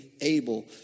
able